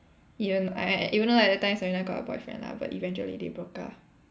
even I I even though at that time Serena got a boyfriend lah but eventually they broke up